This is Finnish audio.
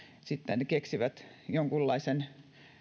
sitten keksivät jonkunlaisen